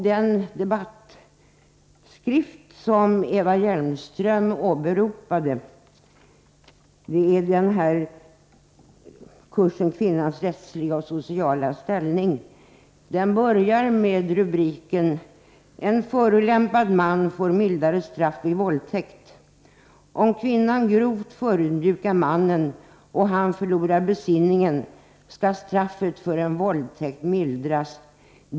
Den debattskrift som Eva Hjelmström åberopade, som ingår i kursen Kvinnors rättsliga och sociala ställning, börjar med rubriken En förolämpad man får mildare straff vid våldtäkt. Om kvinnan grovt förödmjukar mannen och han förlorar besinningen skall straffet för en våldtäkt mildras.